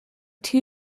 two